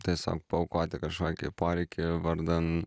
tiesiog paaukoti kažkokį poreikį vardan